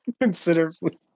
Considerably